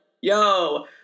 yo